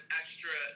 extra